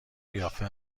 قیافه